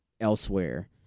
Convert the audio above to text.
elsewhere